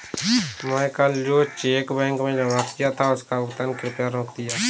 मैं कल जो चेक बैंक में जमा किया था उसका भुगतान कृपया रोक दीजिए